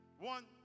One